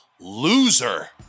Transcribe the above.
loser